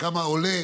כמה עולה